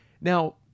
Now